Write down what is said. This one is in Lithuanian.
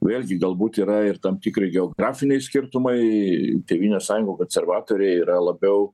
vėlgi galbūt yra ir tam tikri geografiniai skirtumai tėvynės sąjunga konservatoriai yra labiau